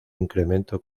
incremento